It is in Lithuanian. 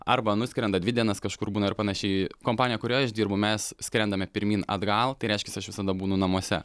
arba nuskrenda dvi dienas kažkur būna ir panašiai kompanija kurioje aš dirbu mes skrendame pirmyn atgal tai reiškias aš visada būnu namuose